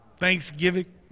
Thanksgiving